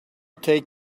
take